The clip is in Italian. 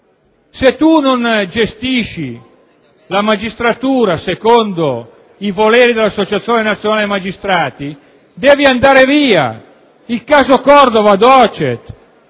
se non gestisci la magistratura secondo i voleri dell'Associazione nazionale magistrati, devi andare via! Il caso Cordova *docet*.